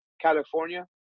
California